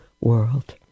world